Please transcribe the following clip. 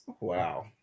Wow